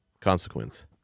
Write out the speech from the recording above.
consequence